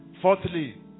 Fourthly